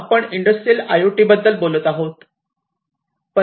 आपण industrial I O T बद्दल बोलत आहोत